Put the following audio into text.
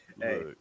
Hey